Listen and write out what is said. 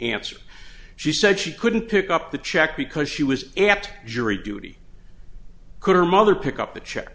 answer she said she couldn't pick up the check because she was asked jury duty could her mother pick up the check